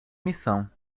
missão